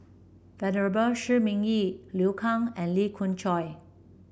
Venerable Shi Ming Yi Liu Kang and Lee Khoon Choy